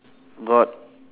got